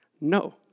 no